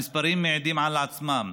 המספרים מעידים על עצמם.